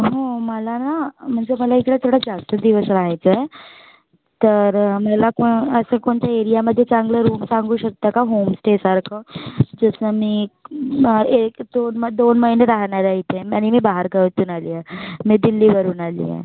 हो मला ना म्हणजे मला इकडे थोडं जास्त दिवस राहायचं आहे तर मला कों असं कोणतं एरियामध्ये चांगलं रूम सांगू शकता का होम स्टेसारखं जसं मी क् एक दोन दोन महिने राहणार आहे इथे आणि मी बाहेरगावातून आली आहे मी दिल्लीवरून आली आहे